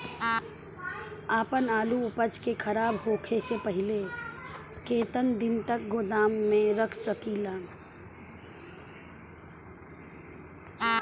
आपन आलू उपज के खराब होखे से पहिले केतन दिन तक गोदाम में रख सकिला?